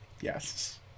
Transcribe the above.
Yes